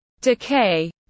decay